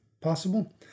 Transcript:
possible